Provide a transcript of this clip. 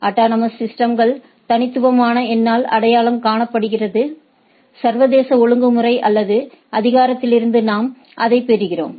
autonomous சிஸ்டம்கள் தனித்துவமான எண்ணால் அடையாளம் காணப்படுகிறது சர்வதேச ஒழுங்குமுறை அல்லது அதிகாரத்திலிருந்து நாம் அதைப் பெறுகிறோம்